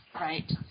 Right